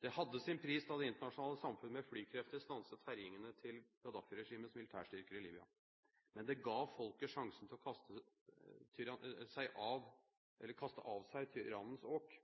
Det hadde sin pris da det internasjonale samfunn med flykrefter stanset herjingene til Gaddafi-regimets militærstyrker i Libya, men det ga folket sjansen til å kaste